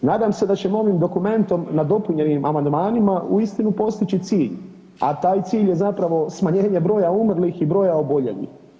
Nadam se da ćemo ovim dokumentom, nadopunjenim amandmanima uistinu postići cilj, a taj cilj je zapravo smanjenje broja umrlih i broja oboljelih.